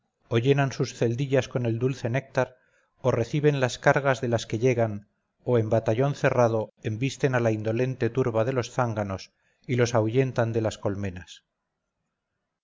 o llenan sus celdillas con el dulce néctar o reciben las cargas de las que llegan o en batallón cerrado embisten a la indolente turba de los zánganos y los ahuyentan de las colmenas